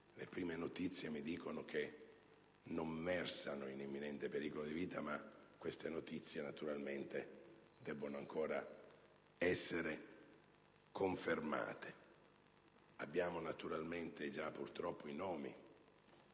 Le prime notizie mi dicono che non versano in imminente pericolo di vita, ma tali notizie devono ancora essere confermate. Abbiamo naturalmente già i nomi